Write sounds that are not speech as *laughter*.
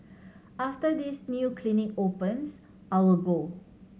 *noise* after this new clinic opens I will go